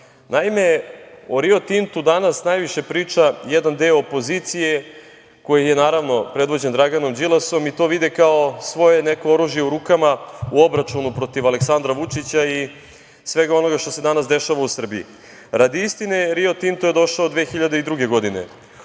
stvari. Naime, o Rio Tintu danas najviše priča jedan deo opozicije koji je predvođen naravno Draganom Đilasom i to vide kao svoje neko oružje u rukama u obračunu protiv Aleksandra Vučića i svega onoga što se danas dešava u Srbiji. Radi istine, Rio Tinto je došao 2002. godine